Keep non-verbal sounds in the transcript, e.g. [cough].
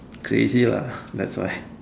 crazy lah [breath] that's why